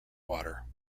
water